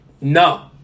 no